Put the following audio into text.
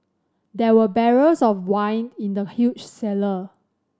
there were barrels of wine in the huge cellar